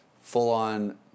full-on